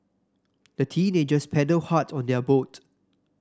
the teenagers paddled hard on their boat